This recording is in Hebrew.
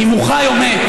אם הוא חי או מת.